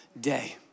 day